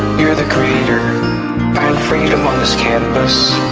you're the creator find freedom on this canvas